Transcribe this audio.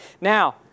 Now